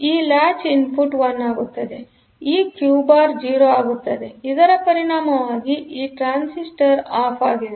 ಈ latch input 1 ಆಗುತ್ತದೆಆದ್ದರಿಂದ ಈ ಕ್ಯೂ ಬಾರ್ 0 ಆಗುತ್ತದೆ ಇದರ ಪರಿಣಾಮವಾಗಿ ಈ ಟ್ರಾನ್ಸಿಸ್ಟರ್ ಆಫ್ ಆಗಿದೆ